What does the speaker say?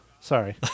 Sorry